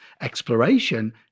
exploration